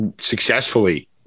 successfully